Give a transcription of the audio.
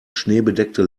schneebedeckte